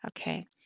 Okay